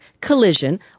Collision